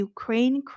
Ukraine